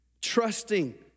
trusting